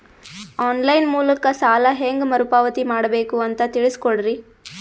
On line ಮೂಲಕ ಸಾಲ ಹೇಂಗ ಮರುಪಾವತಿ ಮಾಡಬೇಕು ಅಂತ ತಿಳಿಸ ಕೊಡರಿ?